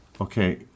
okay